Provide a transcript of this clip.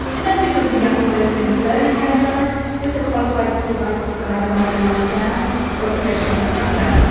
and that's because the young person is learning how to drive with a qualified supervisor beside them, often mum and dad or a professional instructor.